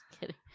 kidding